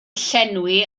llenwi